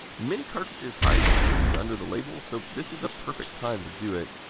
many cartridges hide the screws under the label, so this is a perfect time to do it.